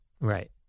Right